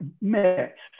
mixed